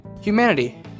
humanity